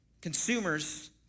consumers